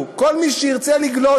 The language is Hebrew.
כל מי שירצה לגלוש,